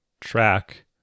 track